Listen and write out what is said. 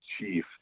chief